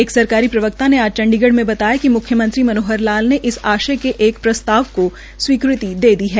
एक सरकारी प्रवक्ता ने चंडीगढ़ में बताया कि म्ख्यमंत्री श्री मनोहर लाल ने इस आशय के एक प्रस्ताव को स्वीकृति प्रदान कर दी है